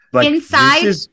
inside